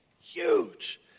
Huge